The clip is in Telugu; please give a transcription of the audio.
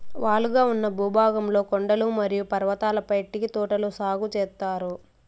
వాలుగా ఉన్న భూభాగంలో కొండలు మరియు పర్వతాలపై టీ తోటలు సాగు చేత్తారు